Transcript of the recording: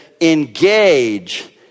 Engage